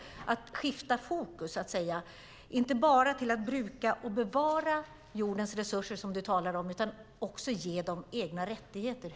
Man skulle så att säga skifta fokus och inte bara bruka och bevara jordens resurser utan också ge den egna rättigheter.